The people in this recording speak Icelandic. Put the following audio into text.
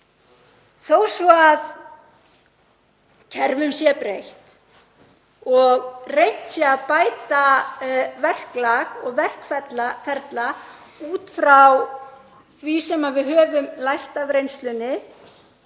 þó svo að kerfinu sé breytt og reynt sé að bæta verklag og verkferla út frá því sem við höfum lært af reynslunni